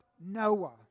Noah